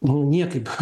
nu niekaip